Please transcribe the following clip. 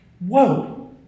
Whoa